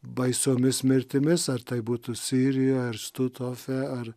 baisiomis mirtimis ar tai būtų sirijoj ar stutofe ar